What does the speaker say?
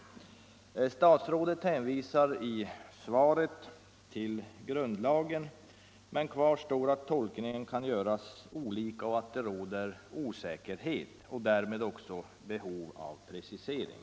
Statsrådet hänvisar i svaret till grundlagen. Men kvar står att tolkningen kan göras olika, och att det råder osäkerhet, varför det finns ett behov av precisering.